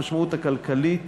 המשמעות הכלכלית